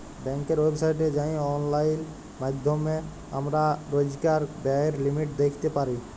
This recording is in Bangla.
ব্যাংকের ওয়েবসাইটে যাঁয়ে অললাইল মাইধ্যমে আমরা রইজকার ব্যায়ের লিমিট দ্যাইখতে পারি